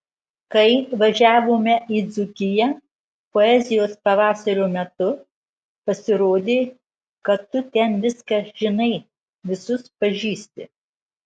kai važiavome į dzūkiją poezijos pavasario metu pasirodė kad tu ten viską žinai visus pažįsti